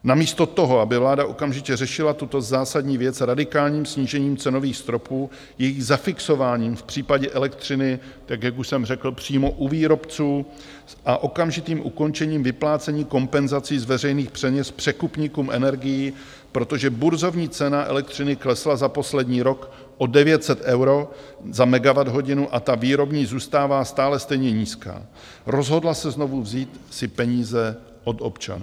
Namísto toho, aby vláda okamžitě řešila tuto zásadní věc radikálním snížením cenových stropů, jejich zafixováním v případě elektřiny, tak jak už jsem řekl, přímo u výrobců, a okamžitým ukončením vyplácení kompenzací z veřejných peněz překupníkům energií, protože burzovní cena elektřiny klesla za poslední rok o 900 euro za megawatthodinu a ta výrobní zůstává stále stejně nízká, rozhodla se znovu vzít si peníze od občanů.